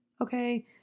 okay